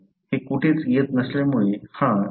हे कुठेच येत नसल्यामुळे हा 0